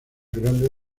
grandes